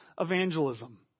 evangelism